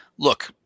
Look